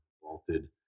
vaulted